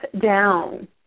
down